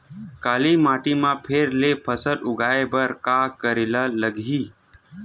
काली माटी म फेर ले फसल उगाए बर का करेला लगही?